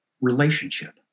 relationship